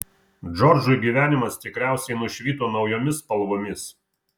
džordžui gyvenimas tikriausiai nušvito naujomis spalvomis